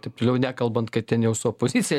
taip toliau nekalbant kad ten jau su opozicija